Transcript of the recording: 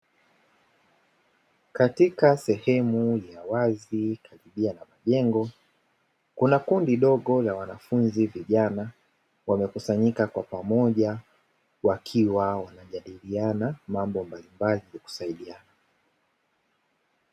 Katika sehemu ya wazi ya majengo kuna kundi dogo la wanafunzi vijana, wamekusanyika kwa pamoja wakiwa wanajadiliana mambo mbalimbali ya kusaidiana.